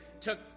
took